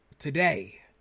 Today